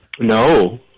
No